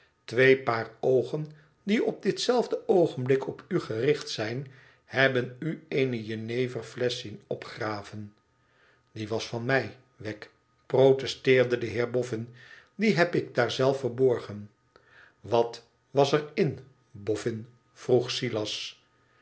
twee paar oogen die op dit zelfde oogenblik op u gericht zijn hebben u eene jeneveilesch zien opgraven die was van mij wegg protesteerde de heer boffin die heb ik daar zelf geborgen wat was er m boffin vroeg silas